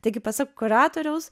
taigi pasak kuratoriaus